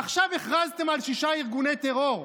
עכשיו הכרזתם על שישה ארגוני טרור.